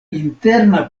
interna